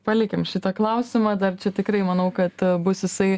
palikim šitą klausimą dar čia tikrai manau kad bus jisai